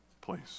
place